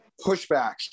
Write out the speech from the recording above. pushback